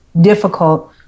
difficult